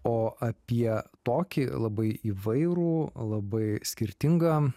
o apie tokį labai įvairų labai skirtingą